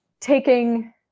taking